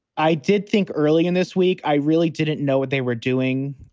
i did think early in this week i really didn't know what they were doing.